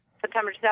September